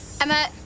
Emma